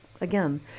again